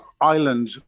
island